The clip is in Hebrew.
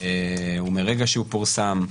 או מרגע שהוא פורסם,